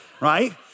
right